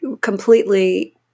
completely